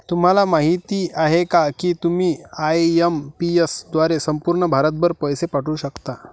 तुम्हाला माहिती आहे का की तुम्ही आय.एम.पी.एस द्वारे संपूर्ण भारतभर पैसे पाठवू शकता